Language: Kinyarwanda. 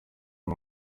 ndi